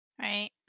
right